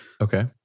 Okay